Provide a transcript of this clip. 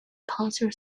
cancer